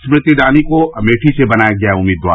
स्मृति ईरानी को अमेठी से बनाया गया उम्मीदवार